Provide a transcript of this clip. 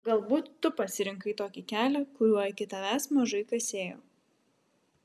galbūt tu pasirinkai tokį kelią kuriuo iki tavęs mažai kas ėjo